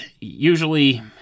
usually